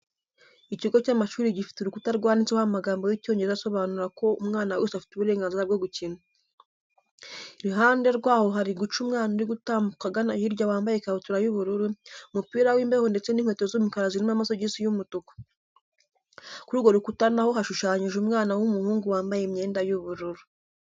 Ikigo cy'amashuri gifite urukuta rwanditseho amagambo y'Icyongereza asobanura ko umwana wese afite uburengazira bwo gukina. Iruhande rwaho hari guca umwana uri gutambuka agana hirya wambaye ikabutura y'ubururu, umupira w'imbeho ndetse n'inkweto z'umukara zirimo amasogisi y'umutuku. Kuri urwo rukuta na ho hashushanyije umwana w'umuhungu wambaye imyenda y'ubururu.